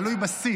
כן, תלוי בסיב.